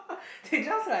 they just like